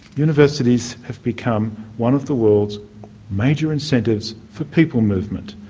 universities have become one of the world's major incentives for people movement.